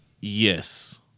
Yes